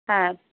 হ্যাঁ